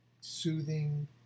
soothing